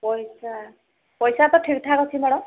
ପଇସା ପଇସା ତ ଠିକ୍ଠାକ୍ ଅଛି ମ୍ୟାଡ଼ମ୍